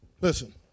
Listen